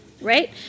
right